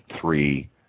three